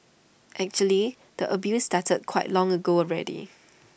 actually the abuse started quite long ago already